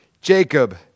Jacob